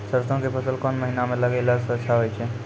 सरसों के फसल कोन महिना म लगैला सऽ अच्छा होय छै?